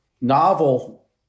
novel